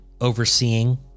overseeing